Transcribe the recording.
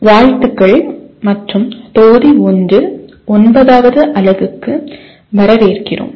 வாழ்த்துக்கள் மற்றும் தொகுதி 1 9வது அலகுக்கு வரவேற்கிறோம்